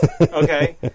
okay